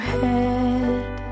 head